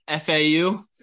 FAU